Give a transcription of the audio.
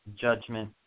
judgment